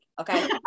okay